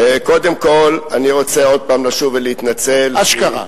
קודם כול אני רוצה עוד פעם לשוב ולהתנצל, אשכרה.